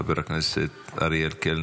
חברת הכנסת קארין אלהרר, חבר הכנסת אריאל קלנר,